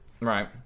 Right